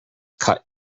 cut